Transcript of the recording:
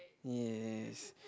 yes